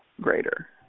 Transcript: greater